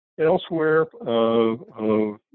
Elsewhere